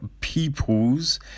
peoples